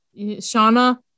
Shauna